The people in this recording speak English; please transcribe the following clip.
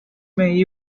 may